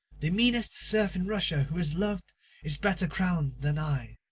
the meanest serf in russia who is loved is better crowned than i.